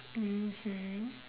mmhmm